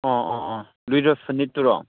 ꯑꯣ ꯑꯣ ꯑꯣ ꯑꯗꯨꯒꯤꯗꯣ ꯁꯅꯤꯠꯇꯨꯔꯣ